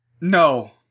no